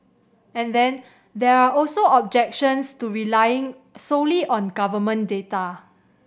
and then there are also objections to relying solely on government data